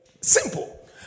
Simple